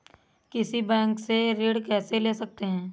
किसी बैंक से ऋण कैसे ले सकते हैं?